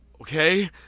Okay